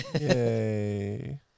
Yay